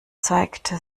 zeigte